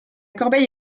corbeille